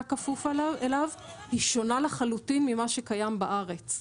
כפוף אליה הן שונות לחלוטין ממה שקיים בארץ.